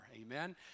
amen